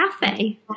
cafe